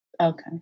Okay